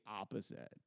opposite